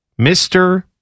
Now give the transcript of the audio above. Mr